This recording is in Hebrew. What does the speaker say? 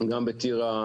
גם בטירה,